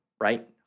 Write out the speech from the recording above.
right